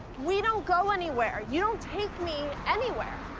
we don't go anywhere. you don't take me anywhere.